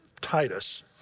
Titus